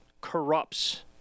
corrupts